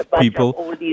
people